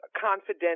confident